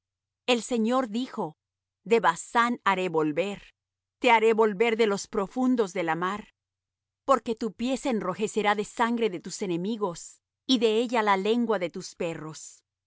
el señor dijo de basán haré volver te haré volver de los profundos de la mar porque tu pie se enrojecerá de sangre de tus enemigos y de ella la lengua de tus perros